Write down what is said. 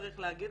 צריך להגיד,